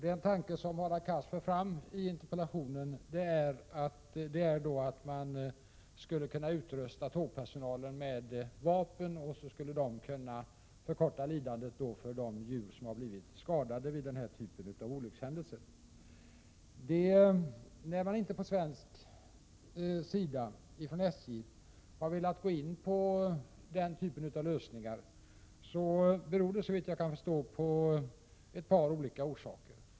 Den tanke som Hadar Cars för fram i interpellationen är att man skulle kunna utrusta tågpersonalen med vapen och att de skulle kunna förkorta lidandet för de djur som har blivit skadade vid denna typ av olyckshändelser. Varför svenska SJ inte har velat gå in på den typen av lösning beror, såvitt jag förstår, på ett par olika orsaker.